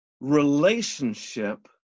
relationship